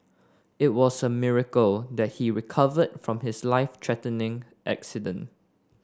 it was a miracle that he recovered from his life threatening accident